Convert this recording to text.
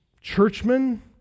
churchmen